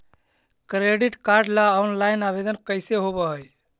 Credit card ल online आवेदन कैसे होब है?